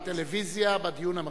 צפינו בטלוויזיה בדיון המרתק.